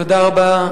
תודה רבה.